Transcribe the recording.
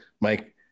Mike